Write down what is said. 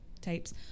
Tapes